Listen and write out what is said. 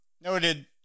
noted